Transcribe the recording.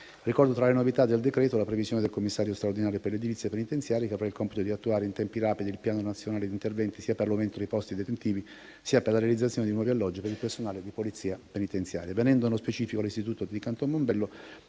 Ricordo, tra le novità del decreto, la previsione del commissario straordinario per l'edilizia penitenziaria, che avrà il compito di attuare in tempi rapidi il piano nazionale di interventi, sia per l'aumento dei posti detentivi sia per la realizzazione di nuovi alloggi per il personale di polizia penitenziaria. Venendo, nello specifico, all'istituto di Canton Mombello,